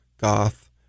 goth